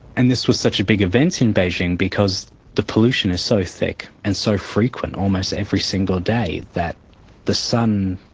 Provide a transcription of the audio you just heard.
and this was such a big event in beijing because the pollution is so thick and so frequent, almost every single day, that the sun,